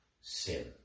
sin